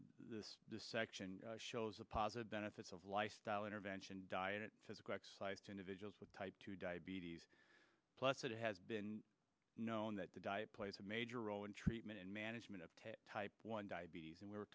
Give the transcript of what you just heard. to this section shows a positive benefits of lifestyle intervention diet physical exercise to individuals with type two diabetes plus it has been known that the diet plays a major role in treatment and management of type one diabetes and we